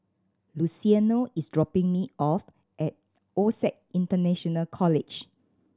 Luciano is dropping me off at OSAC International College